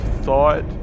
thought